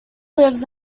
lives